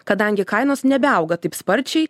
kadangi kainos nebeauga taip sparčiai